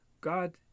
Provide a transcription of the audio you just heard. God